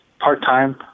part-time